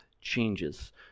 changes